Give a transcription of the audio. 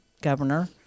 governor